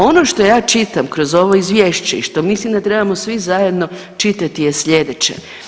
Ono što ja čitam kroz ovo izvješće i što mislim da trebamo svi zajedno čitati je slijedeće.